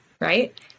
right